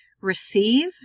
Receive